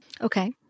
Okay